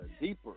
deeper